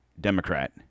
Democrat